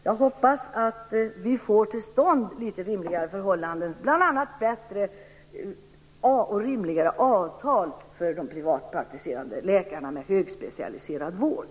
Jag hoppas att vi får till stånd litet rimligare förhållanden, bl.a. bättre och rimligare avtal för de privatpraktiserande läkarna, med högspecialiserad vård.